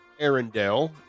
Arendelle